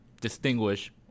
distinguish